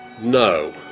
No